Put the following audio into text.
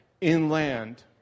inland